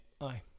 Aye